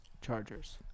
Chargers